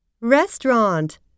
Restaurant